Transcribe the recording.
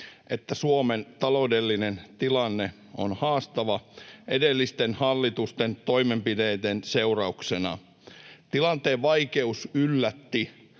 että Suomen taloudellinen tilanne on haastava edellisten hallitusten toimenpiteiden seurauksena. Tilanteen vaikeus yllätti